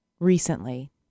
recently